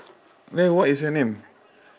then what is your name